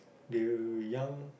do you young